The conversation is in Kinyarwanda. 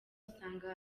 usanga